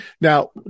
Now